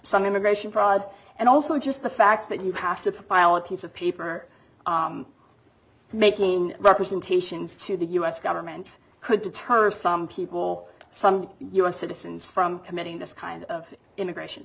some immigration fraud and also just the fact that you have to file a piece of paper making representations to the u s government could deter some people some u s citizens from committing this kind of immigration